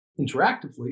interactively